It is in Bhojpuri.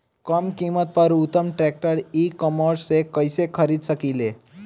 कम कीमत पर उत्तम ट्रैक्टर ई कॉमर्स से कइसे खरीद सकिले?